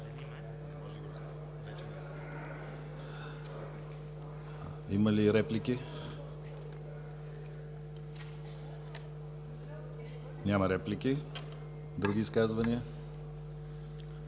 Има ли реплики? Няма реплики. Други изказвания?